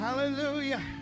Hallelujah